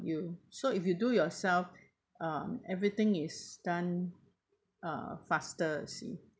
you so if you do yourself um everything is done uh faster you see